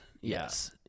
Yes